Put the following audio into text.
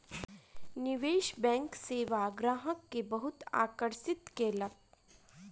निवेश बैंक सेवा ग्राहक के बहुत आकर्षित केलक